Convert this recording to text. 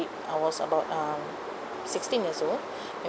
I was about uh sixteen years old